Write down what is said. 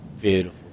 Beautiful